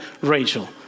Rachel